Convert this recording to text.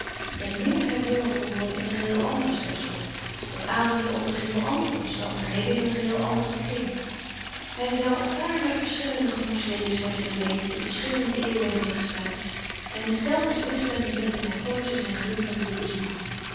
dat hij nimmer herboren kon worden in een geheel ander schepsel dat ademde onder geheel andere omstandigheden in een geheel anderen kring hij zou gaarne verschillende gemoedslevens hebben doorleefd in verschillende eeuwen hebben bestaan en in telkens wisselende metamorfozen zijn geluk hebben willen zoeken